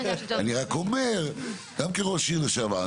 אני רק אומר, גם כן ראש עיר לשעבר.